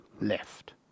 left